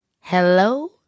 Hello